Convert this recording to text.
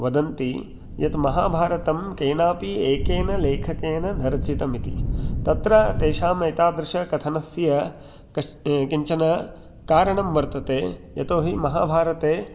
वदन्ति यत् महाभारतं केनापि एकेन लेखकेन न रचितम् इति तत्र तेषाम् एतादृशकथनस्य कश्च किञ्चन कारणं वर्तते यतो हि महाभारते